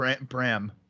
Bram